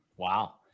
Wow